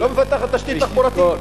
לא מפתחת תשתית תחבורתית.